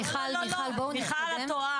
מיכל, את טועה.